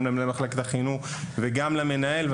גם למנהלי מחלקת החינוך וגם למנהל.